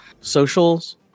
socials